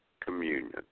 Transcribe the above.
communion